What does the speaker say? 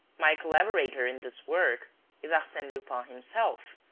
my collaborator in this work is arsene lupin himself,